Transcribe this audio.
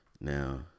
Now